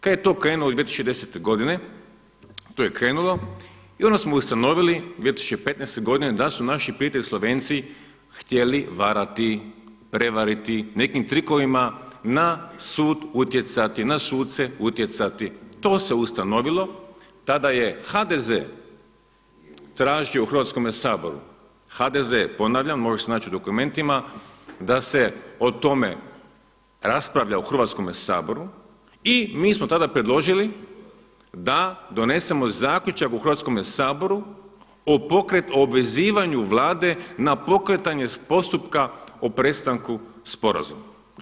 Kada je to krenulo 2010. godine, to je krenulo i onda smo ustanovili 2015. godine da su naši prijatelji Slovenci htjeli varati, prevariti nekim trikovima na sud utjecati, na suce utjecati, to se ustanovilo, tada je HDZ tražio u Hrvatskome saboru, HDZ, ponavljam, može se naći u dokumentima da se o tome raspravlja u Hrvatskome saboru i mi smo tada predložili da donesemo i zaključak u Hrvatskome saboru o obvezivanju Vlade na pokretanje postupka o prestanku sporazuma.